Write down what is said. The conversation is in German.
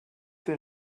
der